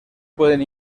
pueden